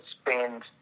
spend